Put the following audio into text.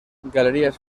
galerías